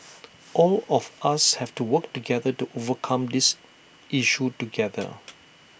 all of us have to work together to overcome this issue together